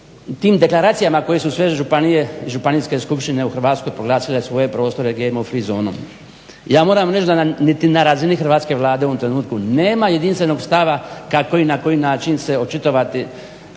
tim deklaracijama koje su sve županije i županijske skupštine u Hrvatskoj proglasile svoje prostore GMO free zonom. Ja moram reći da niti na razini Hrvatske vlade u ovom trenutku nema jedinstvenog stava kako i na koji način se očitovati